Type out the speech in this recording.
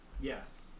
Yes